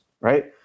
Right